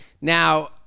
Now